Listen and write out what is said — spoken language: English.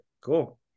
cool